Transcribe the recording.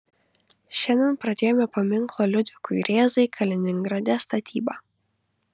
šiandien pradėjome paminklo liudvikui rėzai kaliningrade statybą